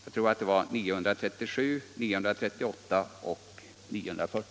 Slutligen yrkar jag bifall till utskottets förslag i alla tre betänkandena.